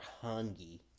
hungry